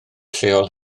lleol